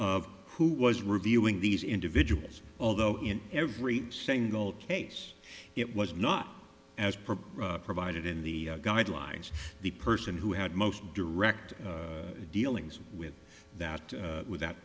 of who was reviewing these individuals although in every single case it was not as per the provide in the guidelines the person who had most direct dealings with that with that